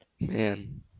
Man